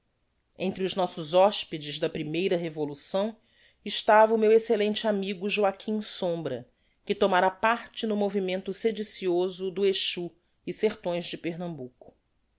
entre os nossos hospedes da primeira revolução estava o meu excellente amigo joaquim sombra que tomara parte no movimento sedicioso do exú e sertões de pernambuco